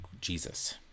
Jesus